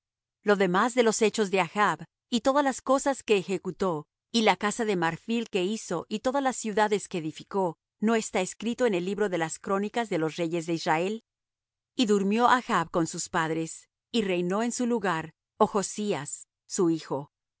lo demás de los hechos de achb y todas las cosas que ejecutó y la casa de marfil que hizo y todas las ciudades que edificó no está escrito en el libro de las crónicas de los reyes de israel y durmió achb con sus padres y reinó en su lugar ochzías su hijo